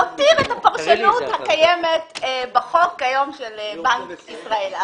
להותיר את הפרשנות הקיימת בחוק כיום של בנק ישראל.